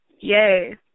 Yay